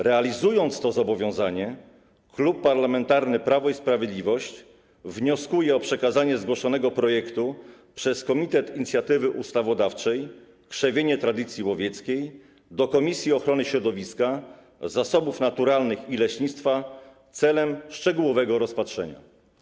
Realizując to zobowiązanie, Klub Parlamentarny Prawo i Sprawiedliwość wnioskuje o przekazanie zgłoszonego projektu przez Komitet Inicjatywy Ustawodawczej Krzewienie Tradycji Łowieckiej do Komisji Ochrony Środowiska, Zasobów Naturalnych i Leśnictwa celem szczegółowego rozpatrzenia.